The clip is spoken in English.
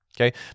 okay